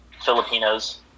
Filipinos